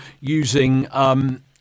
using